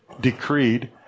decreed